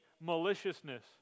maliciousness